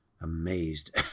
amazed